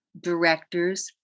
directors